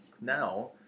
now